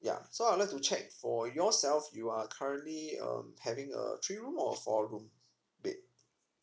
yea so I would like to check for yourself you are currently um having a three room or four room bed